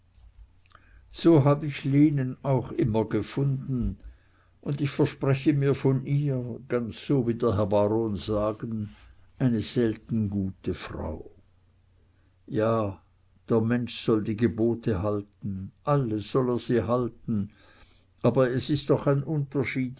so hab ich lenen auch immer gefunden und ich verspreche mir von ihr ganz so wie der herr baron sagen eine selten gute frau ja der mensch soll die gebote halten alle soll er sie halten aber es ist doch ein unterschied